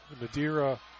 Madeira